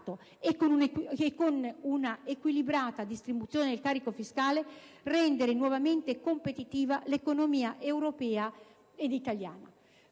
e, con una equilibrata distribuzione del carico fiscale, rendere nuovamente competitiva l'economia europea e quella italiana.